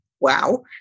Wow